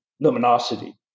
luminosity